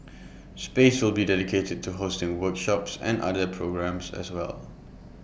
space will be dedicated to hosting workshops and other A programmes as well